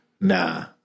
Nah